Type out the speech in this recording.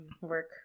work